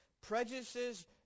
Prejudices